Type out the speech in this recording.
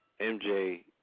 MJ